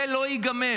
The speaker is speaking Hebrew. זה לא ייגמר.